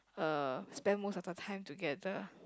uh spend most of the time together